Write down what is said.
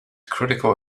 critical